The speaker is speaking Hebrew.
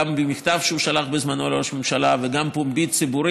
גם במכתב שהוא שלח בזמנו לראש הממשלה וגם פומבית-ציבורית,